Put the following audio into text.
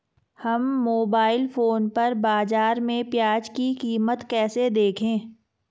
हम mobile phone पर बाज़ार में प्याज़ की कीमत कैसे देखें?